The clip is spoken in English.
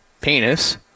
penis